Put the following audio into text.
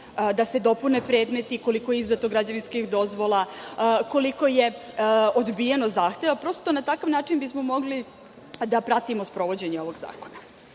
da se dopune predmeti, koliko je izdato građevinskih dozvola, koliko je odbijeno zahteva. Prosto, na takav način bismo mogli da pratimo sprovođenje ovog zakona. Ovaj